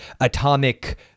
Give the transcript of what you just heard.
atomic